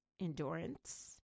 endurance